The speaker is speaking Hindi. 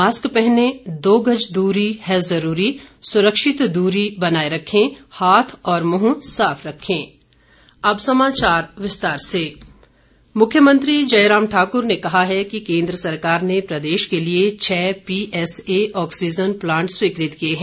मास्क पहनें दो गज दूरी है जरूरी सुरक्षित दूरी बनाये रखें हाथ और मुंह साफ रखें और अब समाचार विस्तार से जयराम मुख्यमंत्री जयराम ठाकुर ने कहा है कि केंद्र सरकार ने प्रदेश के लिए छः पीएसए ऑक्सीजन प्लांट स्वीकृत किए हैं